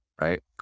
right